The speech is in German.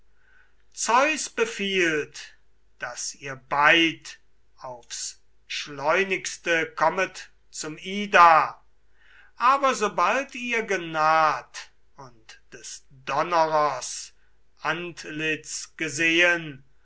zeus befiehlt daß ihr beid aufs schleunigste kommet zum ida aber sobald ihr genaht und des donnerers antlitz gesehen